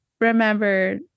Remember